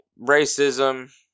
Racism